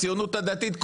הציונות הדתית,